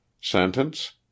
sentence